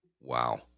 wow